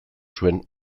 zuen